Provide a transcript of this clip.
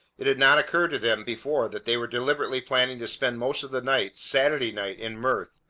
it had not occurred to them before that they were deliberately planning to spend most of the night, saturday night, in mirth,